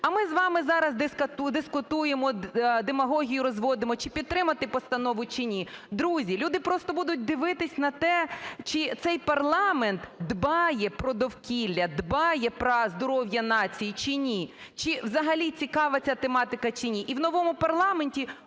А ми з вами зараз дискутуємо, демагогію розводимо: чи підтримати постанову, чи ні. Друзі, люди будуть просто дивитись на те, чи цей парламент дбає про довкілля, дбає про здоров'я нації, чи ні, чи взагалі цікава ця тематика, чи ні? І в новому парламенті